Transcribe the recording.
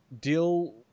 deal